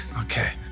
Okay